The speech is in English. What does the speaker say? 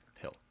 Pill